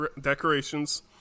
decorations